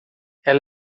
ela